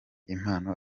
impano